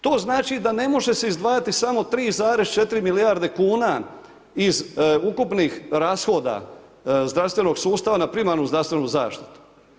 To znači da ne može se izdvajati samo 3,4 milijarde kuna iz ukupnih rashoda zdravstvenog sustava na primarnu zdravstvenu zaštitu.